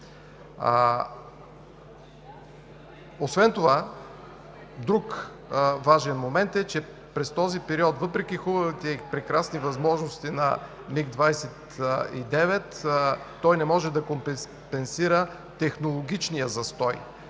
Освен това друг важен момент е, че през този период, въпреки хубавите и прекрасни възможности на МиГ-29, той не може да компенсира технологичния застой